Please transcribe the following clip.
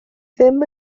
ddim